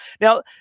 Now